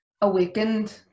awakened